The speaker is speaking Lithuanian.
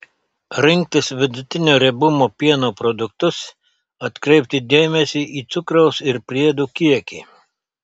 rinktis vidutinio riebumo pieno produktus atkreipti dėmesį į cukraus ir priedų kiekį